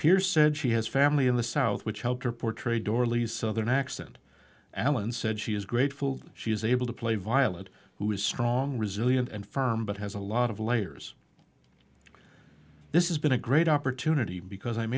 pierce said she has family in the south which helped her portray door leads southern accent alan said she is grateful she is able to play violet who is strong resilient and firm but has a lot of layers this is been a great opportunity because i'm